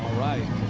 right.